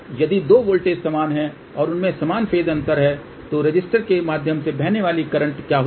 तो यदि दो वोल्टेज समान हैं और उनमें समान फेज़ अंतर है तो रिसिस्टर के माध्यम से बहने वाली करंट क्या होगी